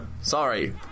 Sorry